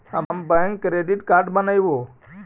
हम bank credit card बनैवो?